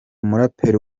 umuraperi